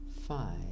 five